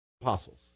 apostles